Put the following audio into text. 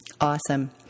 Awesome